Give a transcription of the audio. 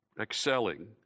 excelling